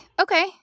okay